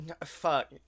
Fuck